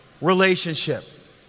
relationship